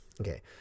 Okay